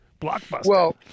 Blockbuster